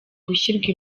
gushyirwa